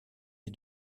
les